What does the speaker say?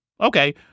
okay